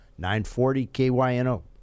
940-KYNO